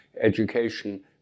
education